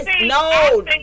No